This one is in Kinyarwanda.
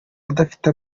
adafite